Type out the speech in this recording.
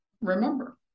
remember